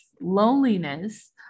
loneliness